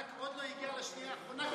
עוד לא הגיע לשנייה האחרונה,